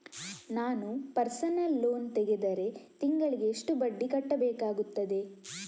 ನಾನು personal loan ತೆಗೆದರೆ ತಿಂಗಳಿಗೆ ಎಷ್ಟು ಬಡ್ಡಿ ಕಟ್ಟಬೇಕಾಗುತ್ತದೆ?